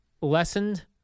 lessened